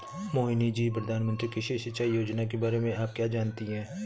मोहिनी जी, प्रधानमंत्री कृषि सिंचाई योजना के बारे में आप क्या जानती हैं?